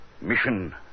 mission